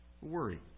worry